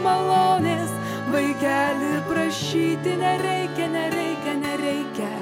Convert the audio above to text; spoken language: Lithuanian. malonės vaikeli prašyti nereikia nereikia nereikia